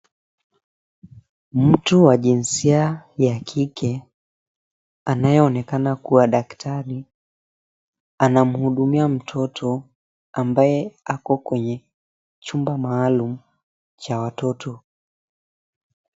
Mtu wa jinsia ya kike anayeonekana kuwa dakitari anamuhudumia mtoto ambao wako kwenye chumba maalum cha watoto.